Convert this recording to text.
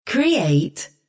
Create